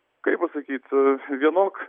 kaip pasakyt vienok